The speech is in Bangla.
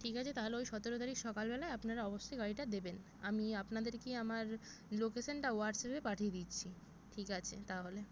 ঠিক আছে তাহলে ওই সতেরো তারিখ সকালবেলায় আপনারা অবশ্যই গাড়িটা দেবেন আমি আপনাদেরকে আমার লোকেশানটা হোয়াটসঅ্যাপে পাঠিয়ে দিচ্ছি ঠিক আছে তাহলে